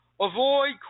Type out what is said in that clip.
Avoid